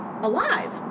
alive